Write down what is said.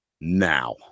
Now